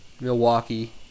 Milwaukee